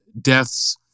deaths